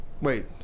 Wait